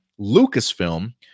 Lucasfilm